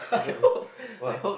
what if what